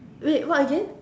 wait what again